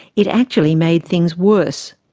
it actually made things worse.